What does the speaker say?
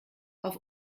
auf